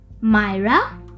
Myra